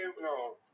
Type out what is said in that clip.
No